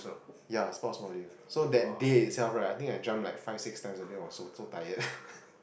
ya sports module so that day itself right I think I jump like five six times I think it was so so tired